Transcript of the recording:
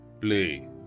Play